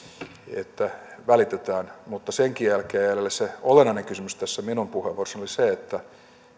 että välitetään mutta senkin jälkeen jää jäljelle se olennainen kysymys tässä minun puheenvuorossani eli se että